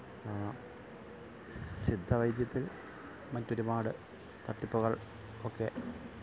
സിദ്ധവൈദ്യത്തില് മറ്റൊരുപാട് തട്ടിപ്പുകള് ഒക്കെ